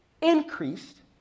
increased